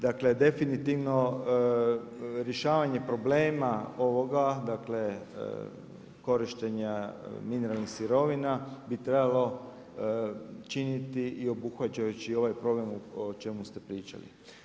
Dakle, definitivno rješavanje problema ovoga, dakle, korištenja mineralnih sirovina bi trebalo činiti i obuhvaćajući ovaj program o čemu ste pričali.